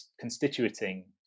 constituting